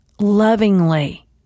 lovingly